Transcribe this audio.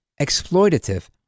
exploitative